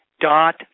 dot